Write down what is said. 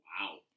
Wow